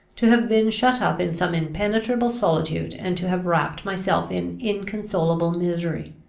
to have been shut up in some impenetrable solitude, and to have wrapped myself in inconsolable misery.